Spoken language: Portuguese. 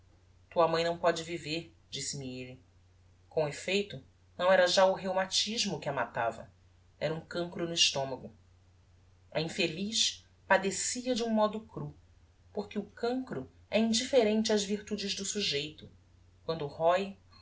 tua mãe não póde viver disse-me elle com effeito não era já o rheumatismo que a matava era um cancro no estomago a infeliz padecia de um modo crú porque o cancro é indifferente ás virtudes do sujeito quando róe róe